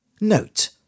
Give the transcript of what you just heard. Note